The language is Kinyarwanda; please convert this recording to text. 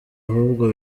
ahubwo